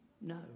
No